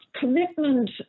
commitment